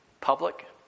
Public